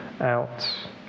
out